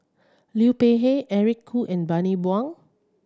Liu Peihe Eric Khoo and Bani Buang